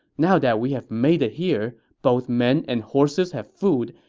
now that we have made it here, both men and horses have food,